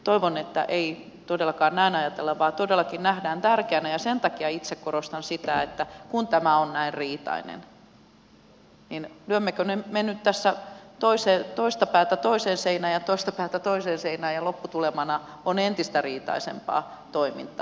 toivon että ei todellakaan näin ajatella vaan ne todellakin nähdään tärkeänä ja sen takia itse korostan sitä kun tämä on näin riitainen lyömmekö me nyt tässä toista päätä toiseen seinään ja toista päätä toiseen seinään niin että lopputulemana on entistä riitaisempaa toimintaa